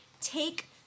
Take